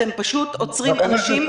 אתם פשוט עוצרים אנשים.